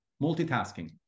multitasking